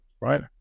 right